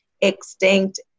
extinct